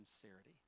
sincerity